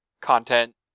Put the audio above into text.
content